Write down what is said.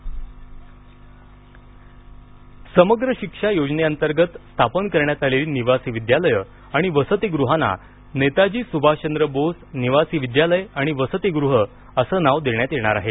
नेताजी सुभाषचंद्र बोस समग्र शिक्षा योजनेअंतर्गत स्थापन करण्यात आलेली निवासी विद्यालयं आणि वसतिगृहांना नेताजी सुभाषचंद्र बोस निवासी विद्यालय आणि वसतिगृह असं नाव देण्यात येणार आहे